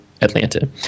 Atlanta